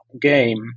game